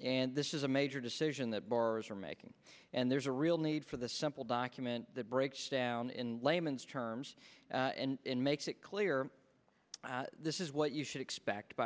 and this is a major decision that bars are making and there's a real need for the simple document that breaks down in layman's terms and makes it clear this is what you should expect by